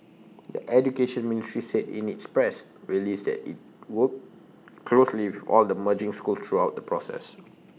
the Education Ministry said in its press release that IT worked closely with all the merging schools throughout the process